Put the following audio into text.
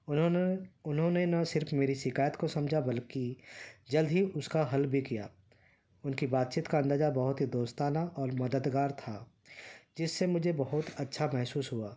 انہوں نے انہوں نے نہ صرف میری شکایت کو سمجھا بلکہ جلد ہی اس کا حل بھی کیا ان کی بات چیت کا انداز بہت ہی دوستانہ اور مددگار تھا جس سے مجھے بہت اچھا محسوس ہوا